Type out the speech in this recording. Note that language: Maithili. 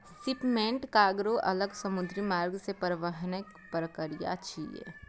शिपमेंट कार्गों अलग समुद्री मार्ग सं परिवहनक प्रक्रिया छियै